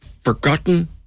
forgotten